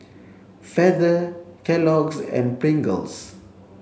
Feather Kellogg's and Pringles